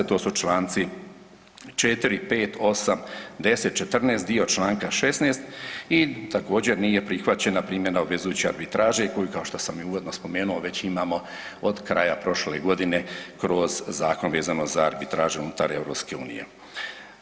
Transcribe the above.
To su članci 4., 5, 8. 10., 14. dio članka 16. i također nije prihvaćena primjena obvezujuće arbitraže koji kao što sam i uvodno već spomenuo imamo od kraja prošle godine kroz zakon vezano za arbitražu unutar EU.